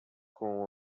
com